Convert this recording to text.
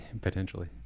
potentially